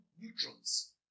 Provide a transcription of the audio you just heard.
neutrons